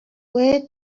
where